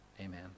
amen